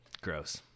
Gross